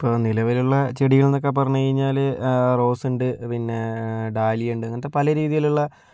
ഇപ്പോൾ നിലവിലുള്ള ചെടികളെന്നൊക്കെ പറഞ്ഞ് കഴിഞ്ഞാല് റോസുണ്ട് പിന്നെ ഡാലിയയുണ്ട് അങ്ങനത്തെ പല രീതിയിലുള്ള